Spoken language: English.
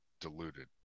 diluted